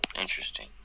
interesting